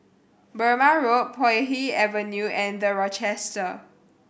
Burmah Road Puay Hee Avenue and The Rochester